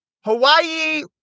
Hawaii